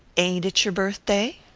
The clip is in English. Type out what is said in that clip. ain't it your birthday?